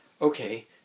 okay